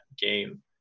game